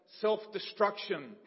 self-destruction